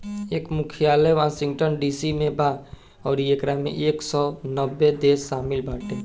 एकर मुख्यालय Washington DC में बा अउरी एकरा में एक सौ नब्बे देश शामिल बाटे